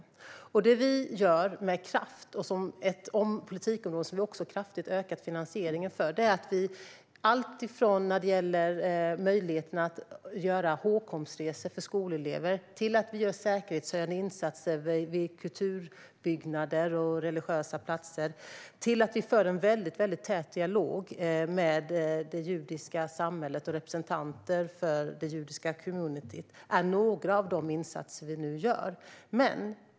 Några av de kraftfulla insatser vi gör - och detta är ett politikområde som vi kraftigt har ökat finansieringen för - berör möjligheten att göra hågkomstresor för skolelever, säkerhetshöjande insatser vid kulturbyggnader och religiösa platser samt att föra en väldigt tät dialog med det judiska samhället och representanter för detta.